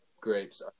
grapes